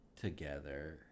together